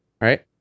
right